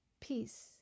Peace